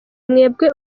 mwebwe